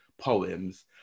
poems